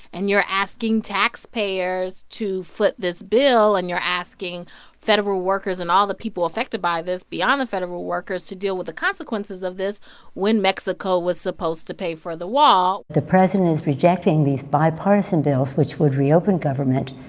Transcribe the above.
and you're asking taxpayers to foot this bill. and you're asking federal workers and all the people affected by this beyond the federal workers to deal with the consequences of this when mexico was supposed to pay for the wall the president is rejecting these bipartisan bills, which would reopen government,